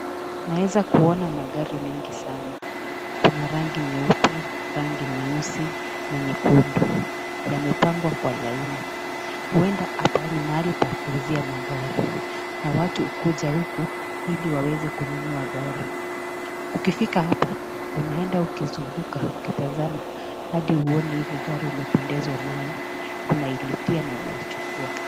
Naeza kuona magari mengi sanaa. Kuna rangi nyeupe, rangi nyeusi na nyekundu. Yamepangwa kwa laini. Huenda hapa ni mahali pa kuuzia magari na watu hukuja huku ili waweze kununua gari. Ukifika hapa, unaenda ukizunguka ukitazama hadi uone ile gari umependezwa nayo, unailipia na unaichukua.